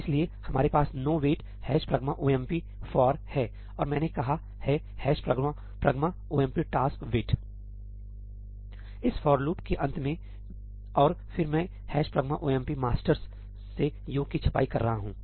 इसलिए हमारे पास no wait hash pragma OMP for है और मैंने कहा है hash pragma OMP task wait इस फॉर लूप के अंत में और फिर मैं हैश प्रगमा ओएमपी मास्टर्स से योग की छपाई कर रहा हूं